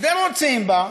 ורוצים בה,